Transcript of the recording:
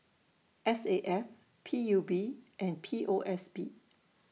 S A F P U B and P O S B